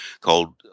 called